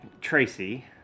Tracy